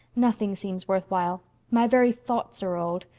nothing seems worthwhile. my very thoughts are old.